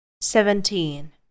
Seventeen